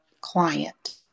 client